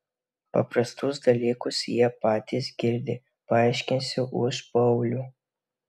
paprastus dalykus jie patys girdi paaiškinsią už paulių